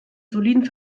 soliden